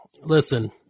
listen